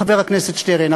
חבר הכנסת שטרן,